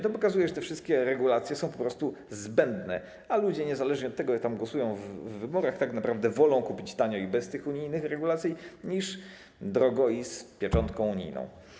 To pokazuje, że te wszystkie regulacje są po prostu zbędne, a ludzie niezależnie od tego, jak głosują w wyborach, tak naprawdę wolą kupić tanio i bez tych unijnych regulacji niż drogo i z pieczątką unijną.